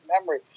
memory